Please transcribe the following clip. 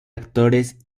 actores